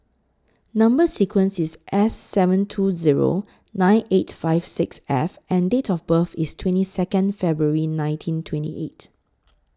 Number sequence IS S seven two Zero nine eight five six F and Date of birth IS twenty Second February nineteen twenty eight